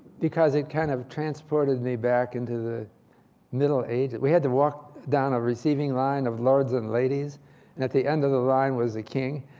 because it kind of transported me back into the middle ages. we had to walk down a receiving line of lords and ladies, and at the end of the line was the king.